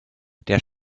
der